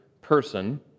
person